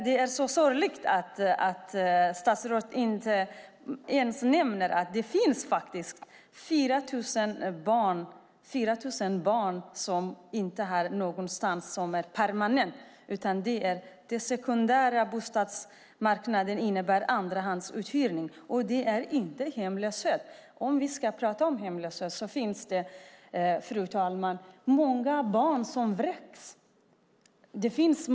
Det är dock sorgligt att statsrådet inte ens nämner att det finns 4 000 barn som inte har en permanent bostad. Den sekundära bostadsmarknaden innebär andrahandsuthyrning, och det är inte hemlöshet. Ska vi tala hemlöshet är det många barn som vräks.